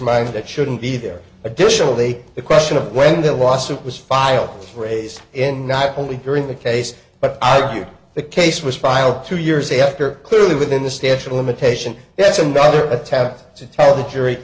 mind that shouldn't be there additionally the question of when the lawsuit was filed phrase in not only during the case but i view the case was filed two years after clearly within the statute of limitation that's another attempt to tell the jury